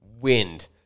Wind